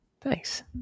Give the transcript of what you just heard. Thanks